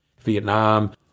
Vietnam